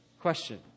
question